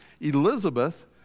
Elizabeth